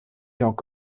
york